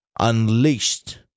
Unleashed